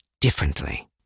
differently